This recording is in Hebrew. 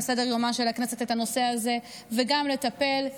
סדר-יומה של הכנסת את הנושא הזה וגם לטפל.